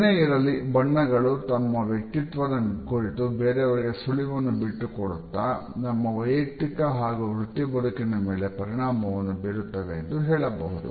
ಏನೇ ಇರಲಿ ಬಣ್ಣಗಳು ನಮ್ಮ ವ್ಯಕ್ತಿತ್ವದ ಕುರಿತು ಬೇರೆಯವರಿಗೆ ಸುಳಿವನ್ನು ಬಿಟ್ಟು ಕೊಡುತ್ತಾ ನಮ್ಮ ವೈಯಕ್ತಿಕ ಹಾಗೂ ವೃತ್ತಿ ಬದುಕಿನ ಮೇಲೆ ಪರಿಣಾಮ ಬೀರುತ್ತವೆ ಎಂದು ಹೇಳಬಹುದು